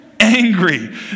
Angry